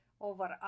over